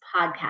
podcast